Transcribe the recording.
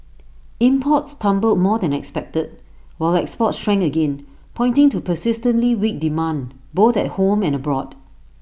imports tumbled more than expected while exports shrank again pointing to persistently weak demand both at home and abroad